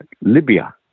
Libya